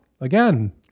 again